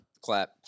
Clap